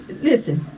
listen